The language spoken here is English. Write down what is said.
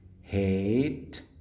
hate